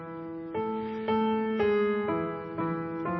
og